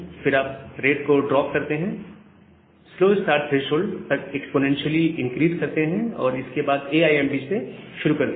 फिर आप रेट को ड्रॉप करते हैं स्लो स्टार्ट थ्रेशोल्ड तक एक्स्पोनेंशियली इनक्रीस करते हैं और इसके बाद ए आई एम डी शुरू करते हैं